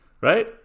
right